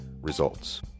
results